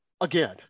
Again